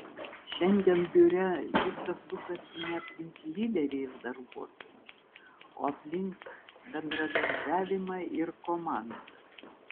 šiandien biure viskas sukasi ne aplink lyderį ir darbuotojus o aplink bendradarbiavimą ir komandą